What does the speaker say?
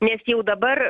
nes jau dabar